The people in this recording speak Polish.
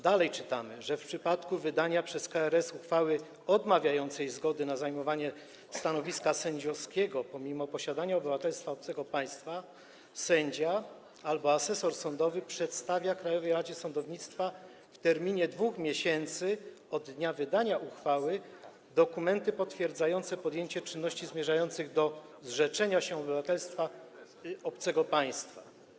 Dalej czytamy: w przypadku wydania przez KRS uchwały odmawiającej zgody na zajmowanie stanowiska sędziowskiego pomimo posiadania obywatelstwa obcego państwa sędzia albo asesor sądowy przedstawia Krajowej Radzie Sądownictwa, w terminie 2 miesięcy od dnia wydania uchwały, dokumenty potwierdzające podjęcie czynności zmierzających do zrzeczenia się obywatelstwa obcego państwa.